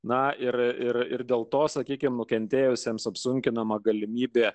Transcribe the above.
na ir ir dėl to sakykime nukentėjusiems apsunkinama galimybė